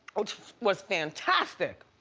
which was fantastic.